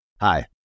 Hi